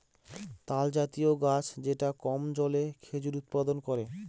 তালজাতীয় গাছ যেটা কম জলে খেজুর উৎপাদন করে